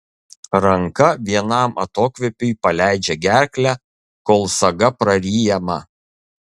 ranka vienam atokvėpiui paleidžia gerklę kol saga praryjama